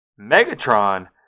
Megatron